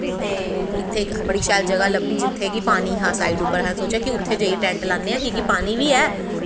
ते इत्थै इक बड़ी शैल जगाह् लब्भी जित्थै केह् पानी हा साइड़ पर असें सोचेआ कि उत्थै जाइयै टैंट लानेआं कि केह् पानी बी ऐ